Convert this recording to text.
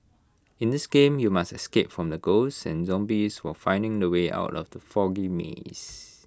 in this game you must escape from the ghosts and zombies while finding the way out of the foggy maze